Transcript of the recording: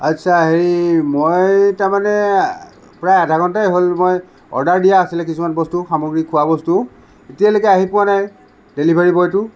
আচ্ছা হেৰি মই তাৰমানে প্ৰায় আধা ঘণ্টাই হ'ল মই অৰ্ডাৰ দিয়া আছিলে কিছুমান বস্তু সামগ্ৰী খোৱা বস্তু এতিয়ালৈকে আহি পোৱা নাই ডেলিভাৰী বয়টো